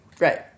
Right